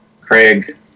Craig